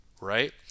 right